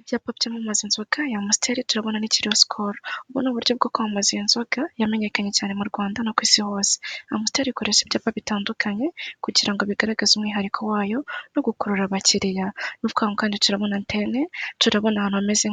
Ibyapa byamamaza inzoga ya amusiteli turabona n'ikiriho sikolo, ubu ni uburyo bwo kwamamaza iyi nzoga yamenyekanye cyane mu Rwanda no ku isi hose. Amusiteli ikoresha ibyapa bitandukanye kugira ngo bigaragaze umwihariko wayo no gukurura abakiriya, n'ukuvuga ngo kandi turabona antene, turabona ahantu hameze